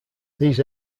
these